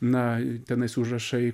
na tenais užrašai